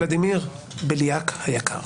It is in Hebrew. ולדימיר בליאק היקר,